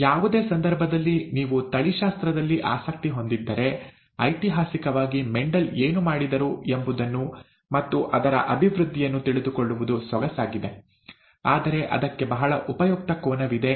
ಯಾವುದೇ ಸಂದರ್ಭದಲ್ಲಿ ನೀವು ತಳಿಶಾಸ್ತ್ರದಲ್ಲಿ ಆಸಕ್ತಿ ಹೊಂದಿದ್ದರೆ ಐತಿಹಾಸಿಕವಾಗಿ ಮೆಂಡೆಲ್ ಏನು ಮಾಡಿದರು ಎಂಬುದನ್ನು ಮತ್ತು ಅದರ ಅಭಿವೃದ್ಧಿಯನ್ನು ತಿಳಿದುಕೊಳ್ಳುವುದು ಸೊಗಸಾಗಿದೆ ಆದರೆ ಅದಕ್ಕೆ ಬಹಳ ಉಪಯುಕ್ತ ಕೋನವಿದೆ